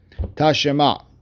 Tashema